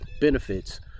benefits